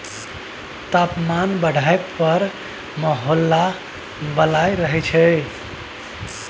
तापमान बढ़य पर गर्मी आ उमस के माहौल बनल रहय छइ